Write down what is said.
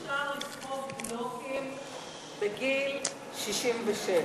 איך אפשר לסחוב בלוקים בגיל 66?